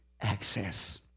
access